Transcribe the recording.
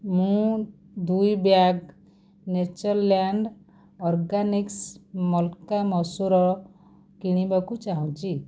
ମୁଁ ଦୁଇ bag Natureland Organics ମଲ୍କା ମସୁର କିଣିବାକୁ ଚାହୁଁଛି